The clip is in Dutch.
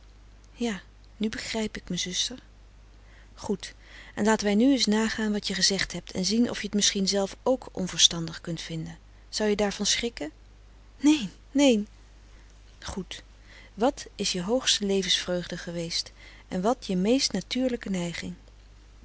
ja nu begrijp ik mijn zuster goed en laten wij nu eens nagaan wat je gezegd hebt en zien of je t misschien zelf k onverstandig kunt vinden zou je daarvan schrikken neen neen goed wat is je hoogste levensvreugde geweest en wat je meest natuurlijke neiging